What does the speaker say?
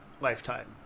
lifetime